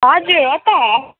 हजुर हो त